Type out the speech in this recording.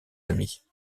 amis